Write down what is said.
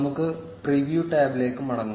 നമുക്ക് പ്രിവ്യൂ ടാബിലേക്ക് മടങ്ങാം